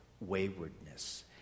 waywardness